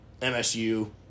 MSU